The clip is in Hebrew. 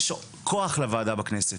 יש כוח לוועדה בכנסת.